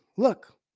Look